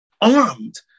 armed